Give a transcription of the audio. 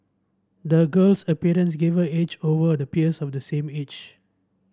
the girl's experience gave her edge over the peers of the same age